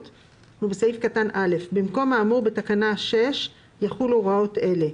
14. (א) במקום האמור בתקנה 6 יחולו הוראות אלה: